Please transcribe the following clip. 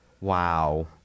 Wow